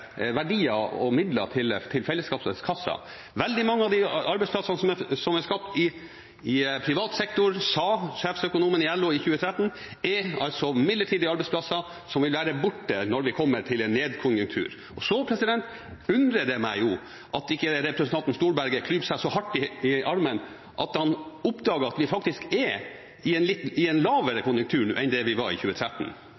verdier og midler til fellesskapskassa. Veldig mange av de arbeidsplassene som er skapt i privat sektor, er midlertidige arbeidsplasser som vil være borte når vi kommer til en lavkonjunktur, sa sjefsøkonomen i 2013. Det undrer meg at ikke representanten Storberget klyper seg så hardt i armen at han oppdager at vi faktisk er i en lavere konjunktur nå enn der vi var i